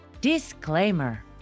disclaimer